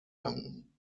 danken